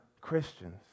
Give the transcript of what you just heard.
Christians